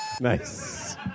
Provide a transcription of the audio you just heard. Nice